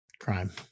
crime